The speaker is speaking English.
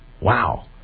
wow